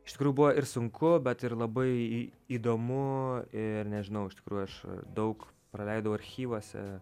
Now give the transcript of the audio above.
iš tikrųjų buvo ir sunku bet ir labai įdomu ir nežinau iš tikrųjų aš daug praleidau archyvuose